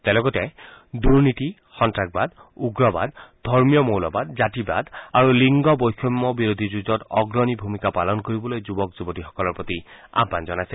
তেওঁ লগতে দুৰ্নীতি সন্নাসবাদ উগ্ৰবাদ ধৰ্মীয় মৌলবাদ জাতিবাদ আৰু লিংগ বৈষম্য বিৰোধী যুঁজত অগ্ৰণী ভূমিকা পালন কৰিবলৈ যুৱক যুৱতীসকলৰ প্ৰতি আহান জনাইছে